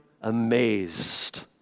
amazed